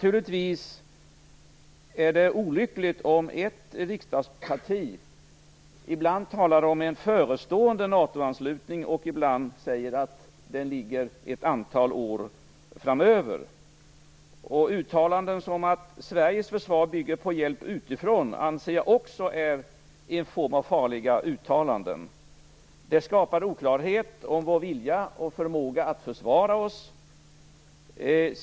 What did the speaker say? Givetvis är det olyckligt om ett riksdagsparti ibland talar om en förestående NATO-anslutning och ibland säger att en sådan ligger ett antal år framöver. Uttalanden om att Sveriges försvar bygger på hjälp utifrån anser jag också vara en form av farliga uttalanden. Det skapar oklarhet om vår vilja och förmåga att försvara oss.